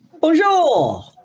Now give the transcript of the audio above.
Bonjour